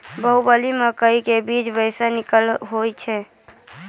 बाहुबली मकई के बीज बैर निक होई छै